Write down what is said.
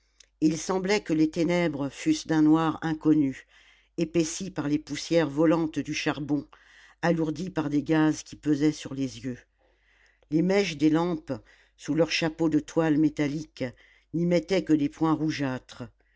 il semblait que les ténèbres fussent d'un noir inconnu épaissi par les poussières volantes du charbon alourdi par des gaz qui pesaient sur les yeux les mèches des lampes sous leurs chapeaux de toile métallique n'y mettaient que des points rougeâtres